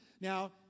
Now